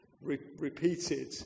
repeated